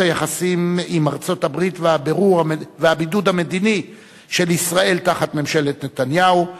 היחסים עם ארצות-הברית והבידוד המדיני של ישראל תחת ממשלת נתניהו,